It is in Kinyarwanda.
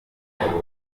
umugabo